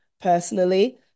personally